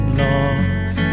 lost